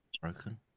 broken